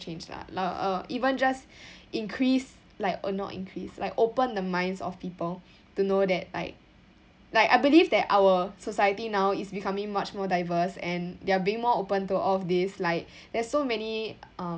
change lah uh uh even just increase like or not increase like open the minds of people to know that like like I believe that our society now is becoming much more diverse and they are being more open to all of this like there are so many um